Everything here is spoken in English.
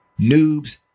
Noobs